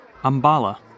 Ambala